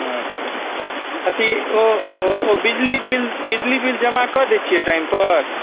अच्छा अथी अथी ओ बिजली बिल बिजली बिल जमा कऽ दै छिए टाइमपर